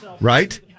Right